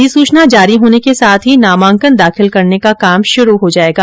अधिसूचना जारी होने के साथ ही नामांकन दाखिल करने का काम शुरू हो जाएगा